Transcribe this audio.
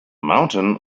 mountain